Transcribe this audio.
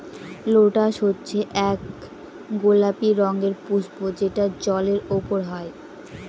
lotus হচ্ছে এক গোলাপি রঙের পুস্প যেটা জলের ওপরে হয়